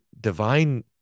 divine